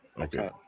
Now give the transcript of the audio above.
Okay